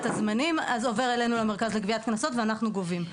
הזמנים עובר אלינו למרכז לגביית קנסות ואנחנו גובים.